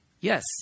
Yes